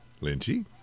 Lynchy